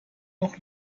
noch